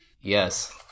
yes